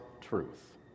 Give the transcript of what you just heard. truth